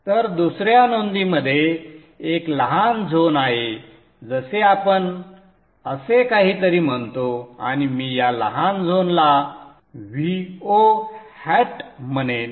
तर दुसर्या नोंदीमध्ये एक लहान झोन आहे जसे आपण असे काहीतरी म्हणतो आणि मी या लहान झोनला Vo hat म्हणेन